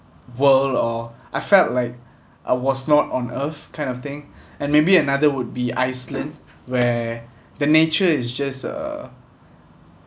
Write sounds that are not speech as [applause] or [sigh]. world or I felt like I was not on earth kind of thing [breath] and maybe another would be iceland where the nature is just uh